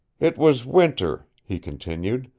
it was winter, he continued,